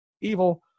evil